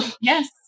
Yes